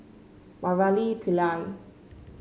Murali Pillai